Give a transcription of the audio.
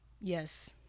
yes